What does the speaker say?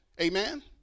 Amen